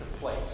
place